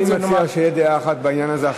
אני מציע שתהיה דעה אחת בעניין הזה,